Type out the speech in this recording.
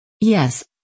Yes